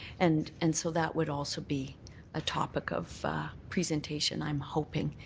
and and so that would also be a topic of presentation, i'm hoping.